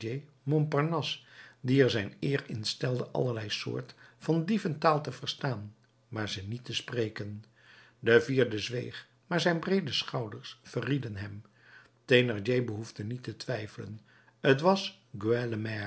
montparnasse die er zijn eer in stelde allerlei soort van dieventaal te verstaan maar ze niet te spreken de vierde zweeg maar zijn breede schouders verrieden hem thénardier behoefde niet te twijfelen t was